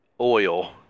oil